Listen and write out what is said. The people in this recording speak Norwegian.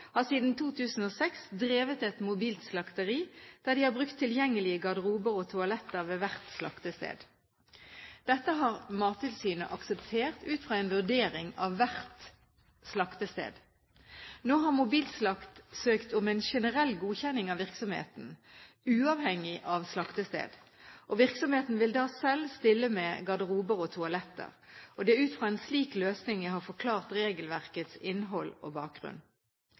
har siden 2006 drevet et mobilt slakteri, der de har brukt tilgjengelige garderober og toaletter ved hvert slaktested. Dette har Mattilsynet akseptert – ut fra en vurdering av hvert slaktested. Nå har Mobilslakt AS søkt om en generell godkjenning av virksomheten, uavhengig av slaktested. Virksomheten vil da selv stille med garderober og toaletter. Det er ut fra en slik løsning jeg har forklart regelverkets innhold og bakgrunn.